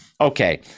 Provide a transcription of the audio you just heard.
Okay